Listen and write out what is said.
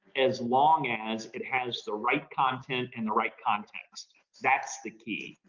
as long as it has the right content and the right context. that's the key.